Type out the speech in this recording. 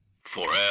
Forever